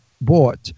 bought